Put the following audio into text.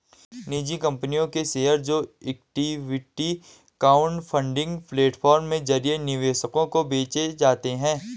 निजी कंपनियों के शेयर जो इक्विटी क्राउडफंडिंग प्लेटफॉर्म के जरिए निवेशकों को बेचे जाते हैं